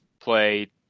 play